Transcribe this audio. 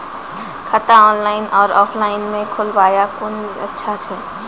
खाता ऑनलाइन और ऑफलाइन म खोलवाय कुन अच्छा छै?